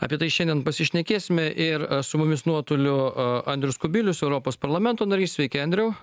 apie tai šiandien pasišnekėsime ir su mumis nuotoliu a andrius kubilius europos parlamento narys sveiki andriau